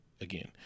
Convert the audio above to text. again